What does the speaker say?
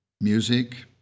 music